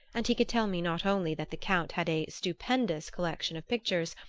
and he could tell me not only that the count had a stupendous collection of pictures,